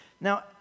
Now